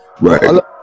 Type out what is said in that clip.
right